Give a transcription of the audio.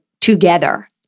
together